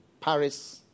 Paris